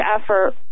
effort